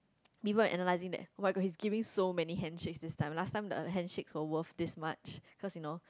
even analysing that [oh]-my-god he is giving so many handshakes this time last time the handshakes were worth this much cause you know